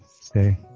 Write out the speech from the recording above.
stay